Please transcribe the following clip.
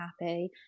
happy